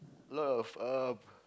lot of uh